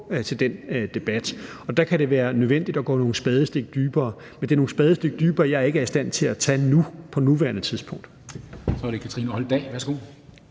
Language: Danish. til den debat. Og der kan det være nødvendigt at gå nogle spadestik dybere, men det er nogle spadestik dybere, jeg ikke er i stand til at tage på nuværende tidspunkt. Kl. 10:14 Formanden (Henrik